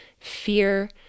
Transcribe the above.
fear